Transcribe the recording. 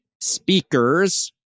speakers